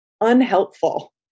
unhelpful